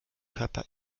körper